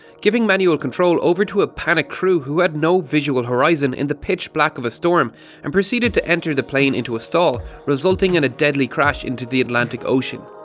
giving manual control over to a panicked crew who have no visual horizon in the pitch black of a storm and proceeded to enter the plane into a stall resulting in the deadly crash into the atlantic ocean.